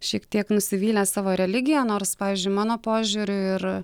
šiek tiek nusivylę savo religija nors pavyzdžiui mano požiūriu ir